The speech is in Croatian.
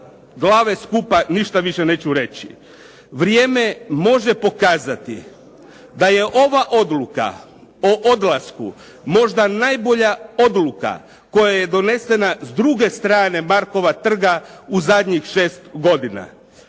glave skupa ništa više neću reći. Vrijeme može pokazati da je ova odluka o odlasku možda najbolja odluka koja je donesena s druge strane Markova trga u zadnjih šest godina.